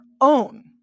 own